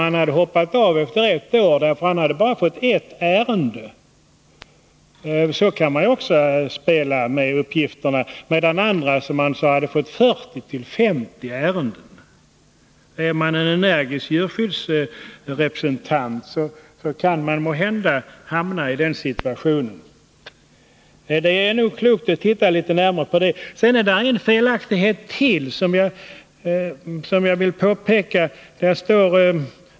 Han hade hoppat av efter ett år, eftersom han bara fått ett ärende — så kan man också spela med uppgifterna —, medan andra fått mellan 40 och 50 ärenden. Den som är en energisk djurskyddsrepresentant kan tydligen hamna i den situationen. Det förekommer i betänkandet ytterligare en felaktighet, som jag vill peka på.